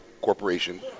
corporation